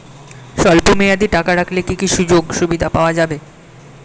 স্বল্পমেয়াদী টাকা রাখলে কি কি সুযোগ সুবিধা পাওয়া যাবে?